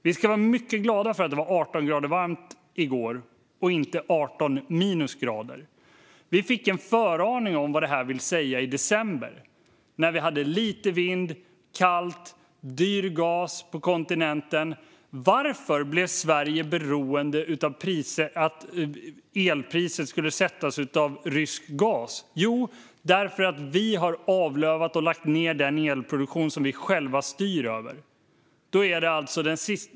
Vi ska vara mycket glada för att det var 18 grader varmt i går och inte 18 minusgrader. Vi fick en föraning om vad det här vill säga i december, när vi hade lite vind, kyla och dyr gas på kontinenten. Varför blev då Sverige beroende av att elpriset skulle sättas av rysk gas? Jo, därför att vi har avlövat och lagt ned den elproduktion som vi själva styr över.